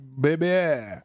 baby